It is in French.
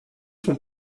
font